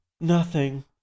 Nothing